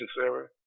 Sarah